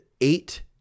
eight